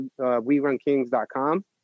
WeRunKings.com